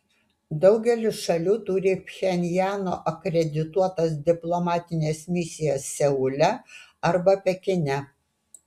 daugelis šalių turi pchenjano akredituotas diplomatines misijas seule arba pekine